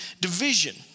division